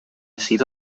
sido